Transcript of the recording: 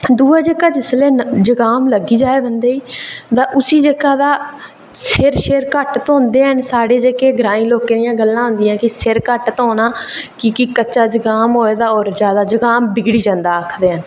दूआ जेह्का तां जिसलै जुकाम लग्गी जा बंदे गी ते उसी जेह्का तां सिर घट्ट धोंदे न साढ़े जेह्के ग्रांईं लोकें दियां गल्लां न कि सिर घट्ट धोना कि अगर कच्चा जुकाम होऐ तां आखदे न होर बिगड़ी जंदा ऐ